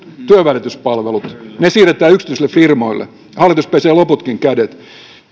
työnvälityspalvelut ne siirretään yksityisille firmoille ja hallitus pesee loputkin kädet